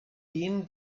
been